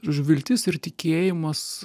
žodžiu viltis ir tikėjimas